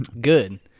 Good